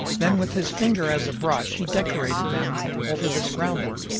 then with his finger as a brush he decorated them over this groundwork,